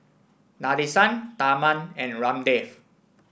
Nadesan Tharman and Ramdev